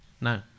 No